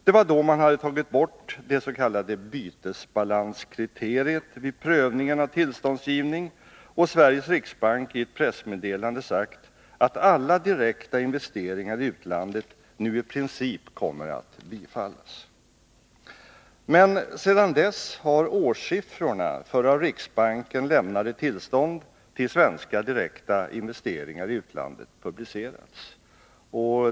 Det var då man hade tagit bort det s.k. bytesbalanskriteriet vid prövningen av tillståndsgivning, och Sveriges riksbank i ett pressmeddelande hade sagt att alla ansökningar om direkta investeringar i utlandet nu i princip kommer att bifallas. Men sedan dess har årssiffrorna för av riksbanken lämnade tillstånd till svenska direkta investeringar i utlandet publicerats.